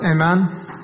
Amen